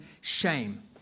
shame